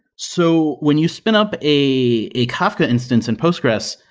so when you spin up a a kafka instance in postgres,